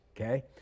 okay